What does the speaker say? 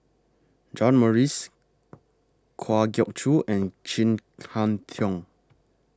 John Morrice Kwa Geok Choo and Chin Harn Tong